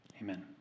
Amen